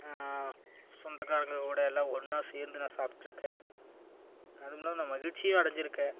சொந்தக்காரங்கள் கூட எல்லாம் ஒன்றா சேர்ந்து நான் சாப்பிட்ருக்கேன் அதுவுமில்லாம நான் மகிழ்ச்சியும் அடைஞ்சிருக்கேன்